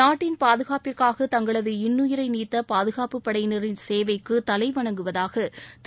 நாட்டின் பாதுகாப்பிற்காக தங்களது இன்றுயிரை நீத்த பாதுகாப்புப் படையினரின் சேவைக்கு தலை வணங்குவதாக திரு